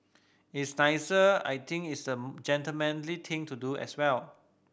it's nicer I think it's the gentlemanly thing to do as well